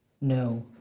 No